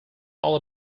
all